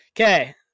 Okay